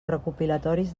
recopilatoris